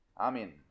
Amen